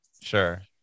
Sure